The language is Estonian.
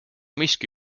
miski